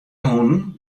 hûnen